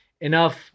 enough